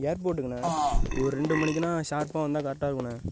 ஏர்போட்டுக்குண்ணே ஓரு ரெண்டு மணிக்கெலாம் ஷார்ப்பாக வந்தால் கரெக்டாருக்குண்ணே